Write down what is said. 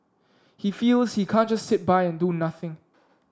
he feels he can't just sit by and do nothing